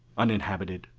uninhabited,